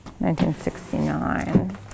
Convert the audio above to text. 1969